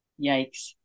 Yikes